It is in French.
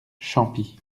champis